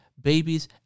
babies